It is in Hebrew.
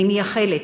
אני מייחלת